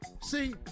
See